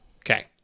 Okay